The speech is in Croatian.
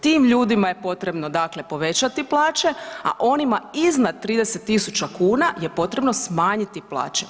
Tim ljudima je potrebna dakle povećati plaće, a onima iznad 30.000 kuna je potrebno smanjiti plaće.